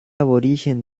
aborigen